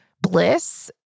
bliss